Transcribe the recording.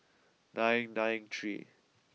nine nine three